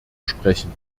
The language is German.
sprechen